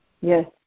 Yes